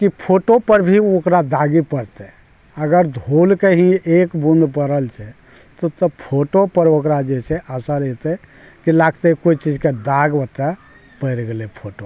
कि फोटो पर भी ओ ओकरा दागी पड़तै अगर धूलके ही एक बूँद पड़ल छै तब तऽ फोटो पर ओकरा जे छै असर हेतै कि लागतै कोइ चीजके दाग ओतऽ पड़ि गेलै फोटोमे